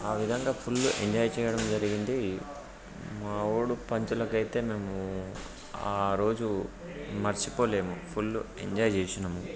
ఆ విధంగా full enjoy చేయడం జరిగింది మావాడు పంచులకి అయితే మేము ఆ రోజు మరచిపోలేము ఫుల్ ఎంజాయ్ చేసినాము